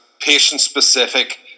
patient-specific